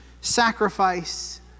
sacrifice